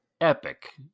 epic